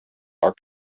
are